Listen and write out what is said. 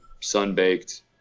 sun-baked